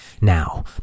Now